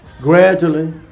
Gradually